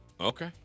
Okay